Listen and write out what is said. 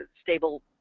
stable